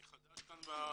אני חדש כאן בישיבות.